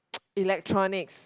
electronics